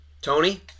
Tony